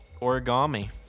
origami